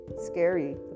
scary